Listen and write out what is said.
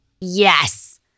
Yes